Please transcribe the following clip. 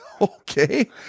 Okay